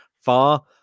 far